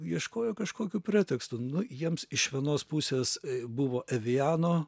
ieškojo kažkokių pretekstų nu jiems iš vienos pusės buvo eviano